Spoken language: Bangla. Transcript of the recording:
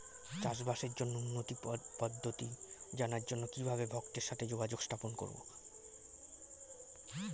চাষবাসের জন্য উন্নতি পদ্ধতি জানার জন্য কিভাবে ভক্তের সাথে যোগাযোগ স্থাপন করব?